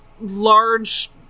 large